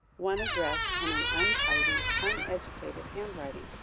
one addressed in an untidy, uneducated handwriting.